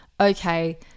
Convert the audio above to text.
okay